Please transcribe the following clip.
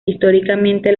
históricamente